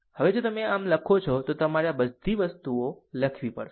હવે જો તમે આ જેમ લખો તો તમારે આ વસ્તુ લખવી પડશે